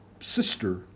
sister